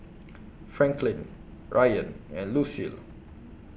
Franklyn Ryann and Lucille